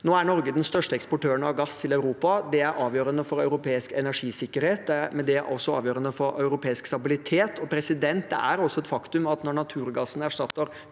Nå er Norge den største eksportøren av gass til Europa. Det er avgjørende for europeisk energisikkerhet, men det er også avgjørende for europeisk stabilitet. Det er også et faktum at når naturgassen erstatter